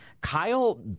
Kyle